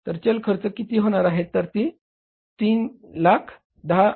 तर चल खर्च किती होणार आहे तर ती 300010 एवढी होणार आहे